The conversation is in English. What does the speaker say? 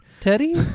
Teddy